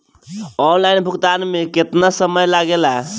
Online भुगतान में केतना समय लागेला?